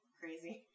crazy